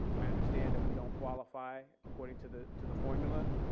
i understand that we don't qualify according to the to the formula,